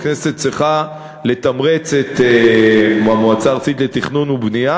שהכנסת צריכה להמריץ את המועצה הארצית לתכנון ובנייה